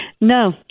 No